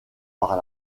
par